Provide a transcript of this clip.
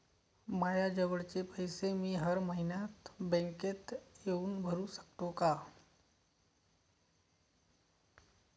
मायाजवळचे पैसे मी हर मइन्यात बँकेत येऊन भरू सकतो का?